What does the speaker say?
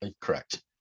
Correct